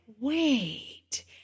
wait